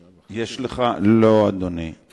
אדוני,